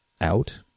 out